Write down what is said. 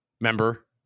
member